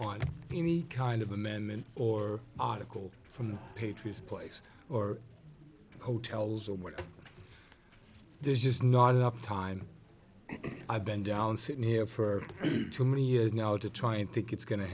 on any kind of amendment or article from the patriot place or hotels or whatever there's just not up time and i've been down sitting here for too many years now to try and think it's go